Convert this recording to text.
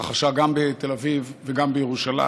שהתרחשה גם בתל אביב וגם בירושלים.